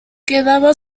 quedaba